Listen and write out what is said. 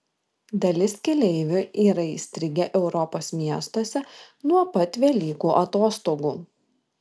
dalis keleivių yra įstrigę europos miestuose nuo pat velykų atostogų